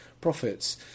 profits